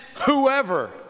whoever